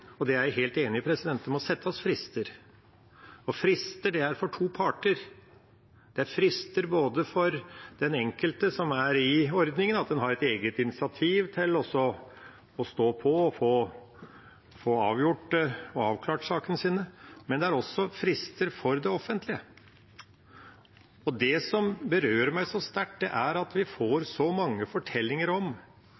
er for to parter. Det er frister for den enkelte som er i ordningen, at en tar et eget initiativ til å stå på og få avgjort og avklart sakene sine, men det er også frister for det offentlige. Og det som berører meg så sterkt, er at vi får